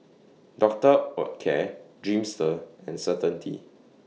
Doctor Oetker Dreamster and Certainty